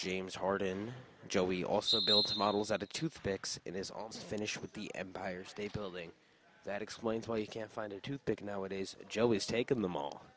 james harden joey also builds models out of toothpicks in his arms finish with the empire state building that explains why he can't find a toothpick nowadays joe he's taken them all